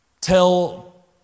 tell